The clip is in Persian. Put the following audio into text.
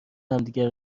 همدیگه